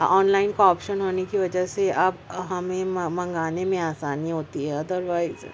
on line کا option ہونے کہ وجہ سے آپ ہمیں منگ منگانے میں آسانی ہوتی ہے ادروائز